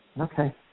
Okay